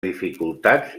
dificultats